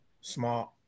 smart